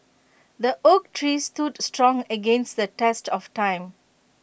the oak tree stood strong against the test of time